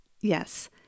Yes